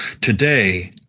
Today